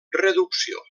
reducció